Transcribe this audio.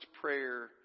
prayer